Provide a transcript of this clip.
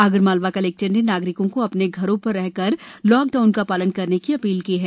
Agar Malwa collector ने नागरिकों को अपने घरों पर रहकर लाकडाउन का पालन करने की अपील की है